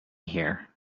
here